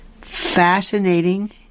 fascinating